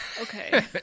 Okay